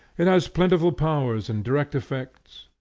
it has plentiful powers and direct effects.